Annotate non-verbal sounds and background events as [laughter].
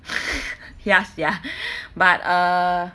[laughs] ya sia but err